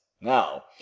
now